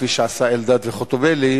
כפי שעשו אלדד וחוטובלי,